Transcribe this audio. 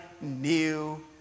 new